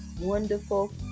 Wonderful